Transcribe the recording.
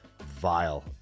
vile